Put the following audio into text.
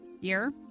year